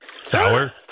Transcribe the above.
Sour